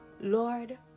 Lord